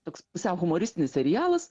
toks pusiau humoristinis serialas